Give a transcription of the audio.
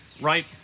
right